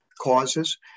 causes